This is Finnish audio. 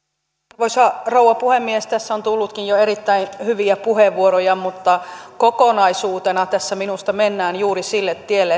arvoisa rouva puhemies tässä on tullutkin jo erittäin hyviä puheenvuoroja mutta kokonaisuutena tässä minusta mennään juuri sille tielle